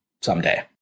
someday